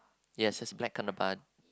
yes that's a black handle bar